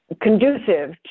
conducive